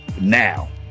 now